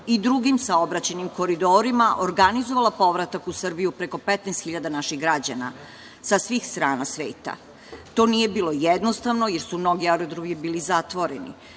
i drugim saobraćajnim koridorima organizovala povratak u Srbiju preko 15 hiljada naših građana sa svih strana sveta. To nije bilo jednostavno, jer su mnogi aerodromi bili zatvoreni. Takođe,